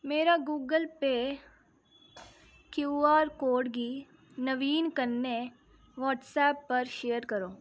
मेरे गूगल पेऽ QR code गी नवीन कन्नै व्हाट्सऐप पर शेयर करो